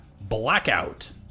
Blackout